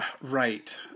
Right